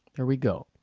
there we go.